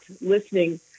listening